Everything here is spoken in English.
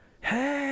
Hey